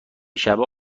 شبه